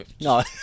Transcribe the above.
No